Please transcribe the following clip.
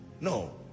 no